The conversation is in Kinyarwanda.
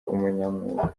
umunyamwuga